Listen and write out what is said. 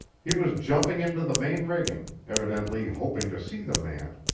he was jumping into the main rigging, evidently hoping to see the man,